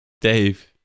Dave